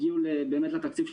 הגיעו באמת לתקציב של